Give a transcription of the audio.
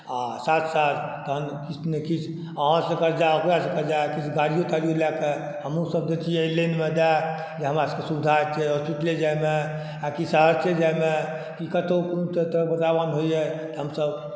आ साथ साथ तहन किछु ने किछु आहाँ सँ कर्जा ओकरा सँ कर्जा किछु गाड़ीयो ताड़ीयो लए कऽ हमहुॅं सब दैतियै एहि लाइन मे दए जे हमरा सब के सुविधा होयतै हॉस्पिटले जाय मे आ कि सहरसे जाय मे की कतौ कोनो तरहक काजे होइया तऽ हमसब